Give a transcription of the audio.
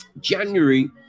January